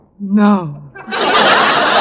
No